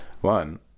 One